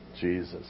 Jesus